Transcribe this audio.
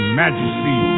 majesty